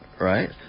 right